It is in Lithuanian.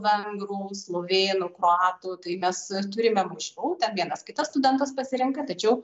vengrų slovėnų kroatų tai mes turime mažiau ten vienas kitas studentas pasirenka tai čia jau